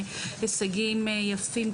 הישגים יפים,